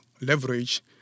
leverage